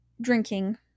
drinking